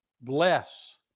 bless